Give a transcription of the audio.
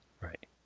right